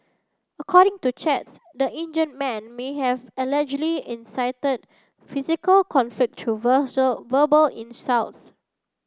according to chats the injure man may have allegedly incited physical conflict through verbal insults